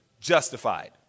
justified